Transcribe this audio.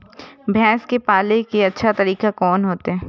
भैंस के पाले के अच्छा तरीका कोन होते?